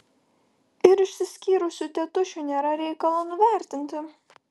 ir išsiskyrusių tėtušių nėra reikalo nuvertinti